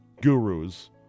gurus